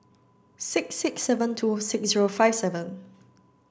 six six seven two six zero five seven